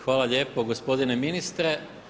Hvala lijepo gospodine ministre.